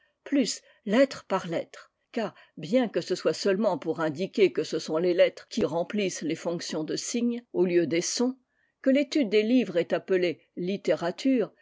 plus lettre par lettre car bien que ce soit seulement pour indiquer que ce sont les lettres qui y remplissent les fonctions de signes au lieu des sons que l'étude des livres est appelée littérature